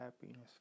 happiness